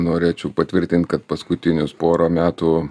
norėčiau patvirtint kad paskutinius porą metų